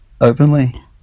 openly